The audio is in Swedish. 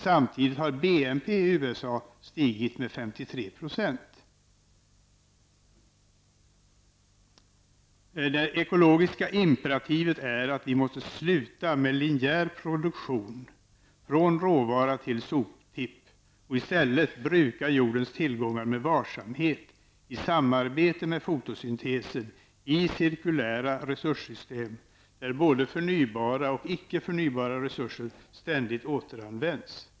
Samtidigt har BNP Det ekologiska imperativet är att vi måste sluta med linjär produktion från råvara till soptipp och i stället bruka jordens tillgångar med varsamhet i samarbete med fotosyntesen i cirkulära resurssystem där både förnybara och icke förnybara resurser ständigt återanvänds.